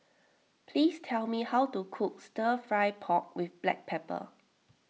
please tell me how to cook Stir Fry Pork with Black Pepper